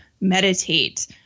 meditate